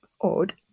odd